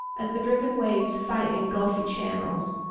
as the driven waves fight in gulfy channels.